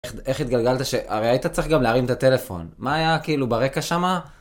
איך התגלגלת שהרי היית צריך גם להרים את הטלפון? מה היה כאילו ברקע שמה?